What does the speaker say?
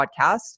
podcast